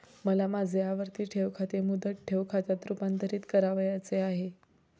मला माझे आवर्ती ठेव खाते मुदत ठेव खात्यात रुपांतरीत करावयाचे आहे